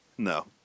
No